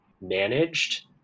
managed